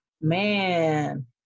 Man